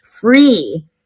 free